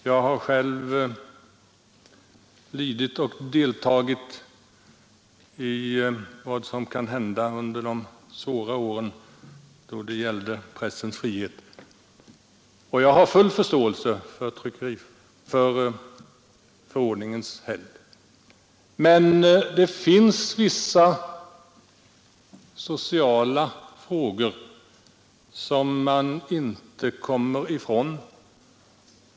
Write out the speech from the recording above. Jag har själv lidit av det som kunde hända under de svåra åren under sista världskriget när det gällde pressfrihet, och jag har full förståelse för förordningens helgd. Det finns emellertid vissa sociala problem som man inte kommer ifrån.